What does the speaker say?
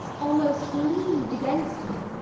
almost believed against me,